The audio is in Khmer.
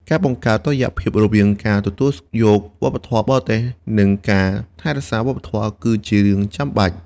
ការបង្កើតតុល្យភាពរវាងការទទួលយកវប្បធម៌បរទេសនិងការថែរក្សាវប្បធម៌ខ្មែរគឺជារឿងចាំបាច់។